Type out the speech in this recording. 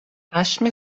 چشم